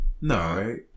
No